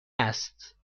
است